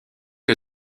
que